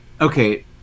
okay